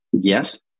yes